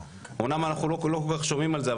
אמנם אנחנו לא כל כך שומעים על זה,